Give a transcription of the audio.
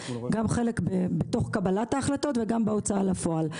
גם חלק בתוך קבלת ההחלטות וגם בהוצאה לפועל.